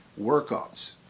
workups